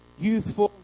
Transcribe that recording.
youthful